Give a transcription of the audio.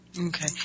Okay